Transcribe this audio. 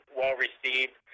well-received